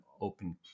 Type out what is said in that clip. open